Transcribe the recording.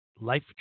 Life